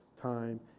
time